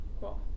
cool